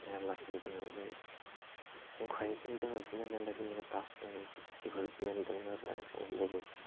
मेरला गेम दङ जाय नंखाय गेम दङ बिदिनो मेरला गेम थास दङ बेफोर बेन दङलाय जों हमबाबो